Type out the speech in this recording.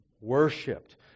Worshipped